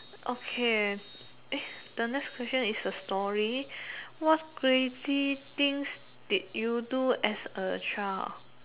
okay eh the next question is a story what crazy things did you do as a child